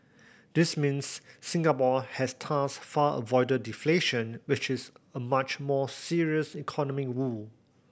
this means Singapore has thus far avoided deflation which is a much more serious economic woe